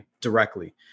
directly